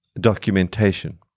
documentation